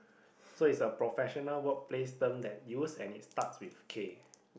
so it's a professional workplace term that use and it starts with K